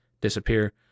disappear